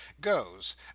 goes